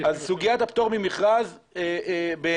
אז סוגית הפטור ממכרז בעינינו,